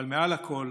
אבל מעל לכול